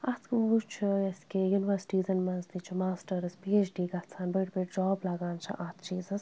اَتھ وُچھ ٲں اسہِ کہِ یوٗنیوورسِٹیٖزَن منٛز تہِ چھِ ماسٹٲرٕز پی ایٚچ ڈی گژھان بٔڑۍ بٔڑۍ جوٛاب لَگان چھِ اتھ چیٖزَس